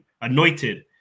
anointed